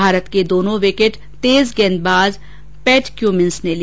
भारत के दोनों विकेट तेज गेंदबाज पैट क्यूमिन्स ने लिए